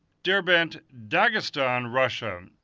derbent, dagestan, russia.